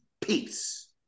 peace